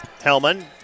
Hellman